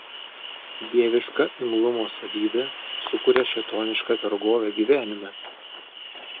dieviška imlumo savybė sukuria šėtonišką vergovę gyvenime